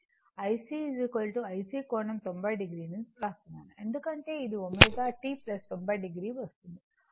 కాబట్టిIC IC కోణం 90 oను వ్రాస్తున్నాను ఎందుకంటే అది ω t 90 oవస్తోంది